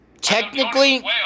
Technically